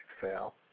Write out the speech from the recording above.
fail